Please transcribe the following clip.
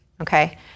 okay